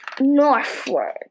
northward